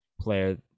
player